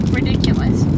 Ridiculous